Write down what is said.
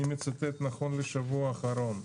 אני מצטט נכון לשבוע האחרון,